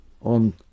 on